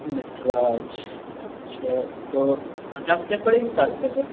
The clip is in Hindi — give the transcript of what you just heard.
नटराज अच्छा तो पचास रुपये की पड़ेगी कि साठ रुपये का